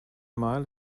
mile